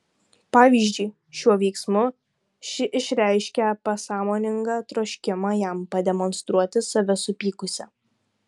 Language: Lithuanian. pavyzdžiui šiuo veiksmu ši išreiškė pasąmoningą troškimą jam pademonstruoti save supykusią